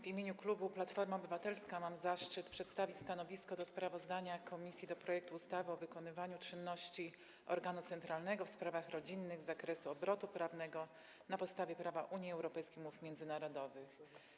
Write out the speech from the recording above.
W imieniu klubu Platforma Obywatelska mam zaszczyt przedstawić stanowisko wobec sprawozdania komisji w sprawie projektu ustawy o wykonywaniu niektórych czynności organu centralnego w sprawach rodzinnych z zakresu obrotu prawnego na podstawie prawa Unii Europejskiej i umów międzynarodowych.